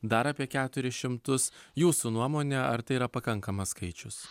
dar apie keturis šimtus jūsų nuomone ar tai yra pakankamas skaičius